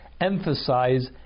emphasize